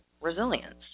resilience